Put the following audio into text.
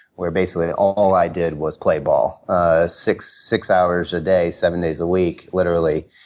where basically all i did was play ball ah six six hours a day, seven days a week, literally,